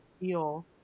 feel